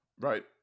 right